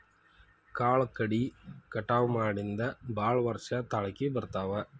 ಕಾಳು ಕಡಿ ಕಟಾವ ಮಾಡಿಂದ ಭಾಳ ವರ್ಷ ತಾಳಕಿ ಬರ್ತಾವ